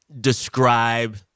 describe